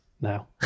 now